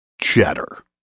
Cheddar